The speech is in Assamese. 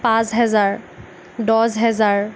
পাঁচ হাজাৰ দহ হাজাৰ